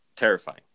terrifying